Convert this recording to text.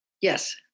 Yes